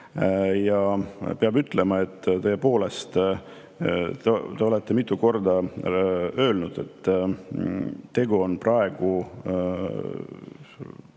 Ja peab ütlema, et tõepoolest, te olete mitu korda öelnud, et meil on tegu